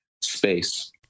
space